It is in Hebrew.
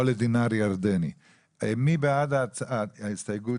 מי בעד הסתייגות